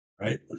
Right